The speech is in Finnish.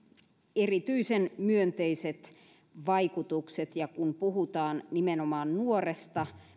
erityisen myönteiset vaikutukset ja kun puhutaan nimenomaan nuoresta